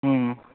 अँ